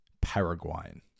Paraguayan